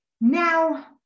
Now